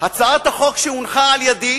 הצעת החוק שהנחתי,